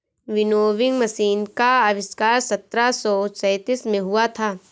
winnowing machine का आविष्कार सत्रह सौ सैंतीस में हुआ था